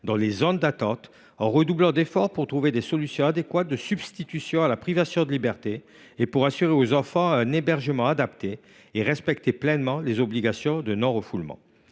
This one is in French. dans les zones d’attente, en redoublant d’efforts pour trouver des solutions adéquates de substitution à la privation de liberté et pour assurer aux enfants un hébergement adapté, et de respecter pleinement les obligations de non refoulement